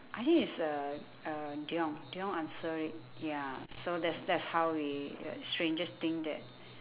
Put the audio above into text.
I think it's uh uh dion dion answered it ya so that's that's how we uh strangest thing that